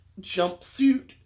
jumpsuit